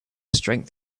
strength